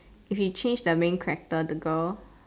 if you change the main character the girl